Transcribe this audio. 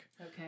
Okay